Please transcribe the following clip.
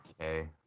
Okay